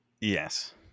Yes